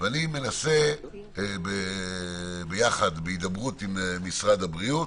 ואני מנסה ביחד בהידברות עם משרד הבריאות